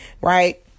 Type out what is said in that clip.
right